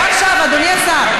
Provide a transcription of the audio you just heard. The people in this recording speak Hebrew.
לא עכשיו, אדוני השר.